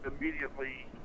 immediately